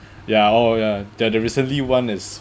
ya oh ya there the recently one is